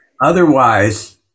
Otherwise